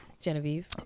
Genevieve